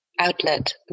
outlet